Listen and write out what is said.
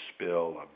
spill